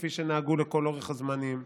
כפי שנהגו לכל אורך הזמנים,